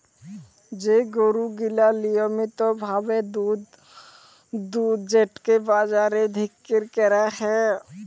যে গরু গিলা লিয়মিত ভাবে দুধ যেটকে বাজারে বিক্কিরি ক্যরা হ্যয়